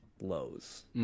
lows